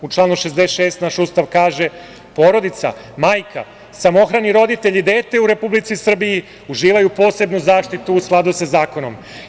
U članu 66. naš Ustav kaže – porodica, majka, samohrani roditelj i dete u Republici Srbiji uživaju posebnu zaštitu u skladu sa zakonom.